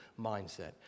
mindset